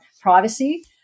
privacy